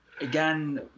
again